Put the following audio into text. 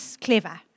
clever